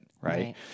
right